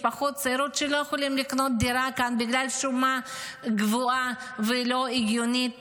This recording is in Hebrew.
משפחות צעירות שלא יכולות לקנות דירה כאן בגלל שומה גבוהה ולא הגיונית.